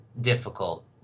difficult